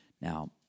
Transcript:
Now